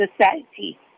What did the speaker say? society